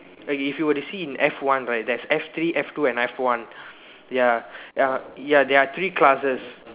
okay if you were see in F one right there's F three F two and F one ya uh ya there are three classes